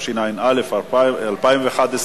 התשע"א 2011,